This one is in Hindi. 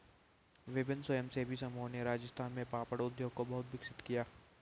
विभिन्न स्वयंसेवी समूहों ने राजस्थान में पापड़ उद्योग को बहुत विकसित किया